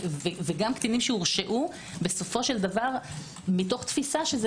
גם קטינים שהורשעו בסופו של דבר מתוך תפיסה שזה